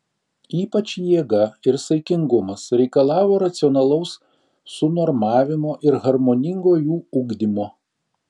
ypač jėga ir saikingumas reikalavo racionalaus sunormavimo ir harmoningo jų ugdymo